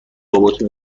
باباتو